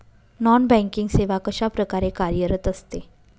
Non banking सेवा कशाप्रकारे कार्यरत असते?